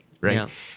right